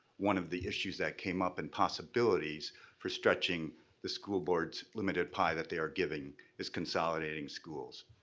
one of the issues that came up in possibilities for stretching the school board's limited pie that they are given is consolidating schools.